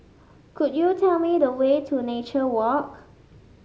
could you tell me the way to Nature Walk